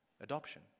adoption